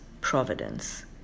providence